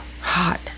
hot